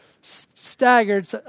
Staggered